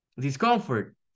discomfort